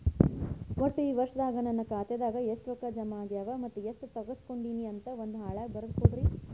ಒಟ್ಟ ಈ ವರ್ಷದಾಗ ನನ್ನ ಖಾತೆದಾಗ ಎಷ್ಟ ರೊಕ್ಕ ಜಮಾ ಆಗ್ಯಾವ ಮತ್ತ ಎಷ್ಟ ತಗಸ್ಕೊಂಡೇನಿ ಅಂತ ಒಂದ್ ಹಾಳ್ಯಾಗ ಬರದ ಕೊಡ್ರಿ